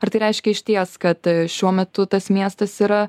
ar tai reiškia išties kad šiuo metu tas miestas yra